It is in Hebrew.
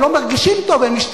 הם לא מרגישים טוב ומשתעלים,